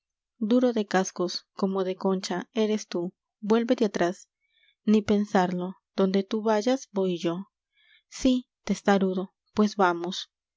duro de cascos como de concha eres tú vuélvete atrás n i pensarlo donde tú vayas voy yo sí testarudo pues vamos